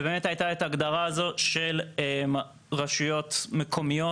ובאמת הייתה ההגדרה הזו של רשויות מקומיות